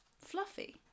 Fluffy